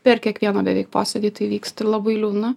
per kiekvieną beveik posėdį tai vyksta ir labai liūdna